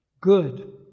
good